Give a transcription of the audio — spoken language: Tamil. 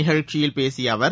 நிகழ்ச்சியில் பேசிய அவர்